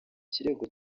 kirego